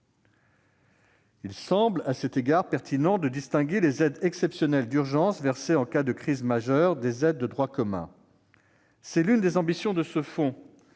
il semble pertinent de distinguer les aides exceptionnelles d'urgence versées en cas de crise majeure des aides de droit commun. C'est l'une des ambitions de ce fonds,